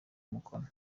umukono